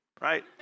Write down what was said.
right